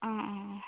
അ അ